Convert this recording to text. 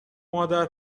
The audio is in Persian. مادر